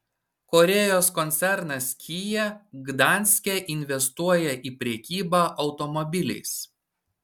korėjos koncernas kia gdanske investuoja į prekybą automobiliais